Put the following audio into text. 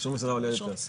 אישור מסירה עולה יותר.